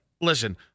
Listen